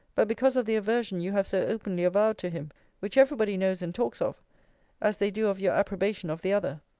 but because of the aversion you have so openly avowed to him which every body knows and talks of as they do of your approbation of the other.